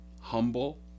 humble